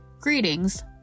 Greetings